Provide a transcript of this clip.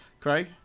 Craig